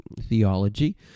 theology